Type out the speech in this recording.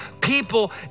people